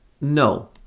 No